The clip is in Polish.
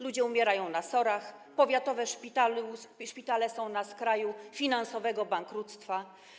Ludzie umierają na SOR-ach, powiatowe szpitale są na skraju finansowego bankructwa.